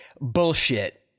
bullshit